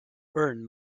earn